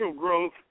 growth